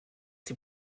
die